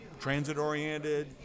transit-oriented